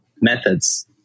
methods